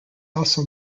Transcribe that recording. also